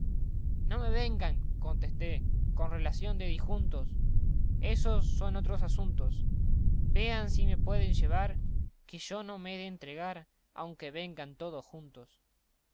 no me vengan contesté con relación de dijuntos ésos son otros asuntos vean si me pueden llevar que yo no me he de entregar aunque vengan todos juntos